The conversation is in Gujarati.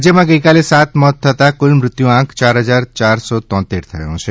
રાજ્યમાં ગઇકાલે સાત મોત થતાં કુલ મૃત્યુઆંક ચાર હજાર ચારસો તોત્તેર થયો છે